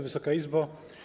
Wysoka Izbo!